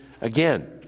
again